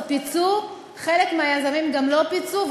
חלק מהיזמים גם לא פיצו,